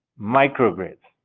micro-grids.